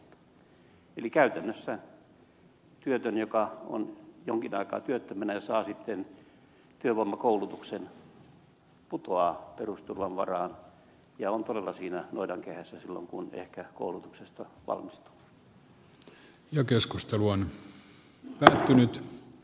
käytännössä työtön joka on jonkin aikaa työttömänä ja saa sitten työvoimakoulutuksen putoaa perusturvan varaan ja on todella siinä noidankehässä silloin kun ehkä koulutuksesta valmistuu